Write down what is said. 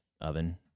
oven